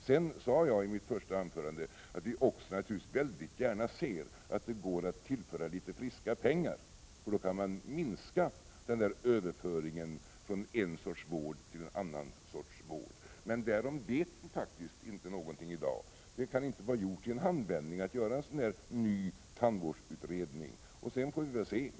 Jag sade i mitt första anförande att vi också naturligtvis gärna ser att det går att tillföra försäkringen litet friska pengar. Då kan man minska överföringen från en sorts vård till en annan sorts vård. Men därom vet vi faktiskt inte någonting i dag. Det kan inte vara gjort i en handvändning att göra en sådan här ny tandvårdsutredning. Sedan får vi väl se.